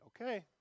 Okay